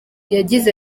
yagize